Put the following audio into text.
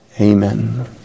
Amen